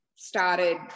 Started